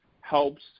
helps